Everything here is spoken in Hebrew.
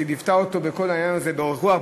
שליוותה אותו בכל העניין הזה באורך רוח,